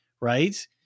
right